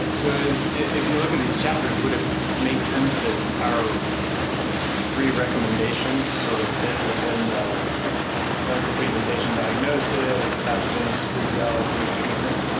so if you look at these chapters, would it make sense that our three recommendations sort of fit within the clinical presentation diagnosis, pathogens, physiology and treatment?